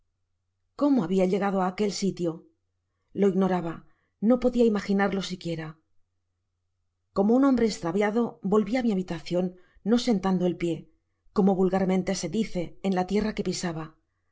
cómo habia llegado á aquel sitio lo ignoraba no podia imaginarlo siquiera como un hombre estraviado volvi á mi habitacion no sentando el pié como vulgarmente se dice en la tierra que pisaba